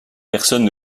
personne